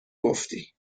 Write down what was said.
گفتی